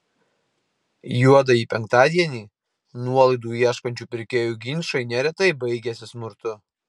juodąjį penktadienį nuolaidų ieškančių pirkėjų ginčai neretai baigiasi smurtu